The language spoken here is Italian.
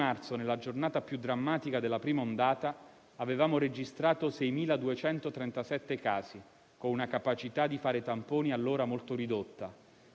Dopo il *lockdown*, a luglio, la media giornaliera era scesa a 237 casi al giorno. In estate, dopo l'allentamento delle misure e alcune riaperture,